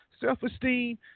self-esteem